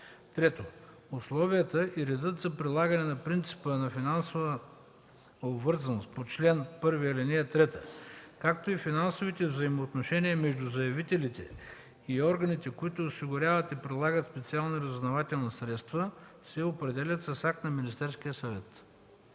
2. (3) Условията и редът за прилагане на принципа на финансова обвързаност по чл. 1, ал. 3, както и финансовите взаимоотношения между заявителите и органите, които осигуряват и прилагат специалните разузнавателни средства, се определят с акт на Министерския съвет.”